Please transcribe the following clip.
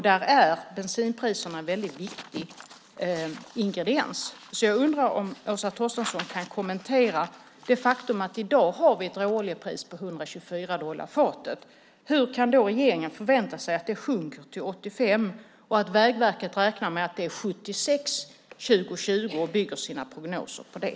Där är bensinpriserna en väldigt viktig ingrediens. Jag undrar om Åsa Torstensson kan kommentera detta. I dag har vi ett råoljepris på 124 dollar fatet. Hur kan då regeringen förvänta sig att det sjunker till 85? Vägverket räknar med att det 2020 är 76 och bygger sina prognoser på det.